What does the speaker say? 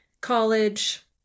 college